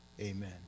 amen